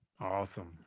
Awesome